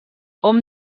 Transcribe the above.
hom